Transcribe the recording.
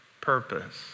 Purpose